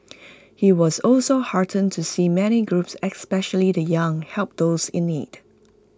he was also heartened to see many groups especially the young help those in need